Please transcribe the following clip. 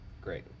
great